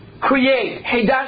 create